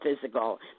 physical